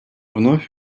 вновь